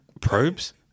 probes